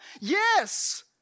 Yes